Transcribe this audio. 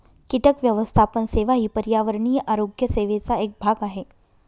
कीटक व्यवस्थापन सेवा ही पर्यावरणीय आरोग्य सेवेचा एक भाग आहे